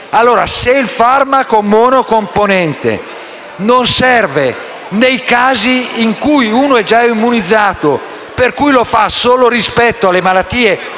Se il farmaco monocomponente non serve nei casi in cui una persona è già immunizzata per cui lo fa solo rispetto alle malattie